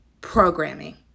Programming